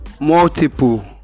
multiple